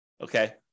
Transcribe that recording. okay